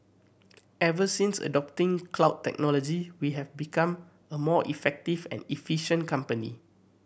ever since adopting cloud technology we have become a more effective and efficient company